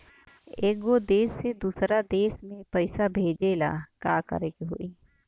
एगो देश से दशहरा देश मे पैसा भेजे ला का करेके होई?